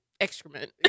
Excrement